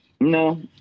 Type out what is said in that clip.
No